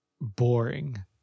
boring